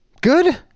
good